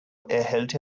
erhält